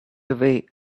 away